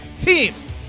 teams